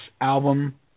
album